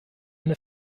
eine